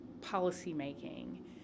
policy-making